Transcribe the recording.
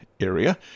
area